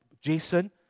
Jason